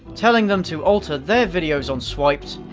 telling them to alter their videos on swiped,